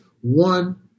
one